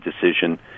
decision